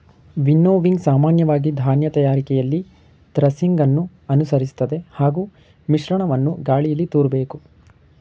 winnowing ಸಾಮಾನ್ಯವಾಗಿ ಧಾನ್ಯ ತಯಾರಿಕೆಯಲ್ಲಿ ಥ್ರೆಸಿಂಗನ್ನು ಅನುಸರಿಸ್ತದೆ ಹಾಗೂ ಮಿಶ್ರಣವನ್ನು ಗಾಳೀಲಿ ತೂರ್ಬೇಕು